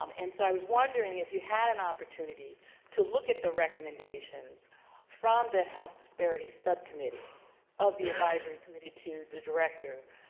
um and so i was wondering if you had an opportunity to look at the recommendations from the health disparities subcommittee of the advisory committee to the director.